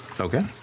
Okay